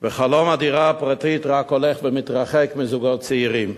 וחלום הדירה הפרטית רק הולך ומתרחק מזוגות צעירים.